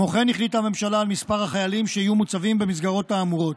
כמו כן החליטה הממשלה על מספר החיילים שיהיו מוצבים במסגרות האמורות.